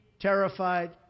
terrified